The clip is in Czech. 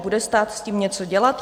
Bude stát s tím něco dělat?